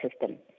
system